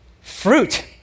Fruit